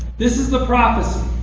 this is the prophecy.